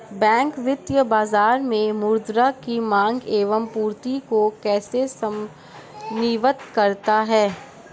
Bank वित्तीय बाजार में मुद्रा की माँग एवं पूर्ति को कैसे समन्वित करता है?